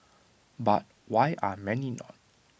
but why are many not